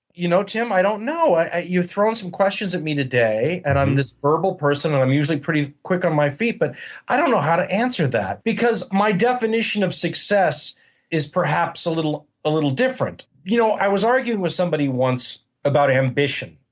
you know, tim, i don't know. you're throwing some questions at me today and i'm this verbal person, and i'm usually pretty quick on my feet. but i don't know how to answer that. because my definition of success is perhaps a little little different. you know i was arguing with somebody once about ambition.